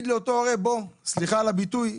אומרים להורה, סליחה על הביטוי,